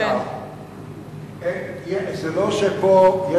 זה לא שפּה,